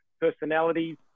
personalities